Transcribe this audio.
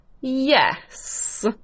Yes